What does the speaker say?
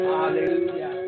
hallelujah